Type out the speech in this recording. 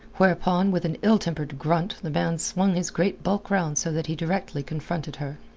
whereupon with an ill-tempered grunt the man swung his great bulk round so that he directly confronted her.